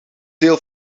deel